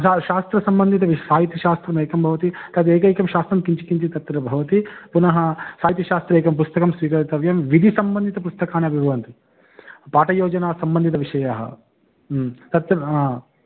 हा शास्त्रसन्बन्धितविश् साहित्यशास्त्रमेकं भवति तदेकैकं शास्त्रं किञ्चित् किञ्चित् तत्र भवति पुनः साहित्यशास्त्रे एकं पुस्तकं स्वीकर्तव्यं विधिसम्बन्धितपुस्तकानि अपि भवन्ति पाठयोजनासम्बन्धितविषयाः तत्र हा